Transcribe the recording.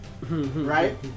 Right